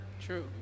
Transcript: true